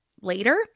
later